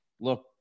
look